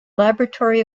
laboratory